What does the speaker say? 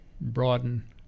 broaden